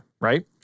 Right